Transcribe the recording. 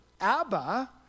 Abba